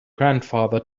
grandfather